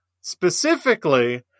Specifically